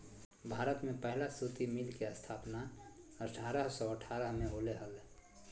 भारत में पहला सूती मिल के स्थापना अठारह सौ अठारह में होले हल